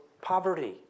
poverty